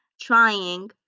trying